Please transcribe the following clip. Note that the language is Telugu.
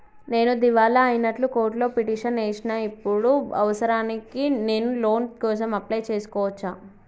నేను దివాలా అయినట్లు కోర్టులో పిటిషన్ ఏశిన ఇప్పుడు అవసరానికి నేను లోన్ కోసం అప్లయ్ చేస్కోవచ్చా?